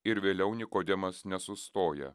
ir vėliau nikodemas nesustoja